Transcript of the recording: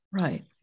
Right